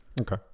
Okay